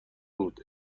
بود